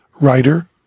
writer